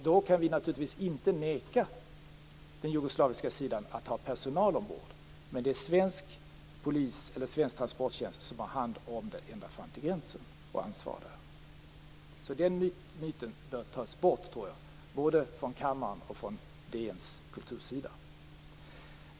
Då kan vi naturligtvis inte neka den jugoslaviska sidan att ha personal ombord. Men det är svensk transporttjänst som har hand om avvisningen ända fram till gränsen och tar ansvaret. Denna myt bör tas bort både från kammaren och DN:s kultursida.